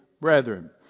brethren